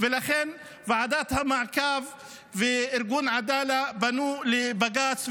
ולכן ועדת המעקב וארגון עדאלה פנו לבג"ץ.